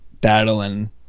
battling